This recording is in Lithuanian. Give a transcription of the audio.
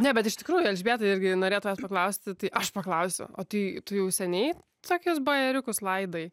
ne bet iš tikrųjų elžbieta irgi norėjo tavęs paklausti tai aš paklausiau o tai tu jau seniai tokius bajeriukus laidai